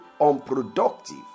unproductive